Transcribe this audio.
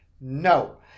No